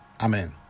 Amen